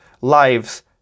lives